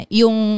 yung